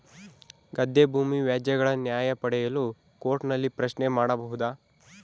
ಗದ್ದೆ ಭೂಮಿ ವ್ಯಾಜ್ಯಗಳ ನ್ಯಾಯ ಪಡೆಯಲು ಕೋರ್ಟ್ ನಲ್ಲಿ ಪ್ರಶ್ನೆ ಮಾಡಬಹುದಾ?